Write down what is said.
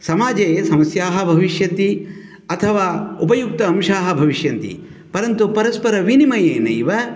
समाजे समस्याः भविष्यन्ति अथवा उपयुक्त अंशाः भविष्यन्ति परन्तु परस्परविनिमयेनैव